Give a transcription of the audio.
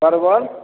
परबल